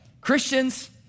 Christians